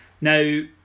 Now